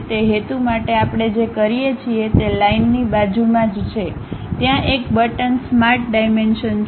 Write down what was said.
તે હેતુ માટે આપણે જે કરીએ છીએ તે લાઇનની બાજુમાં જ છે ત્યાં એક બટન સ્માર્ટ ડાયમેન્શન છે